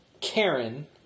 Karen